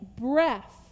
breath